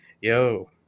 yo